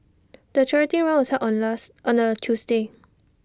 the charity run was held on last on A Tuesday